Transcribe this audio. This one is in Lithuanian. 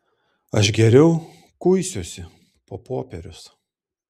aš geriau kuisiuosi po popierius